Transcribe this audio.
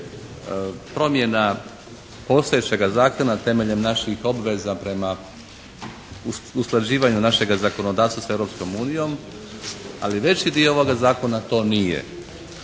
promjena postojećega zakona temeljem naših obveza prema usklađivanju našega zakonodavstva sa Europskom unijom, ali veći dio ovoga zakona to nije.